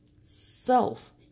Self